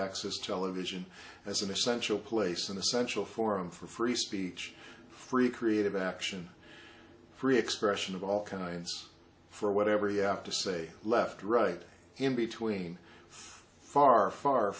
access television as an essential place an essential forum for free speech free creative action free expression of all kinds for whatever he have to say left right in between far far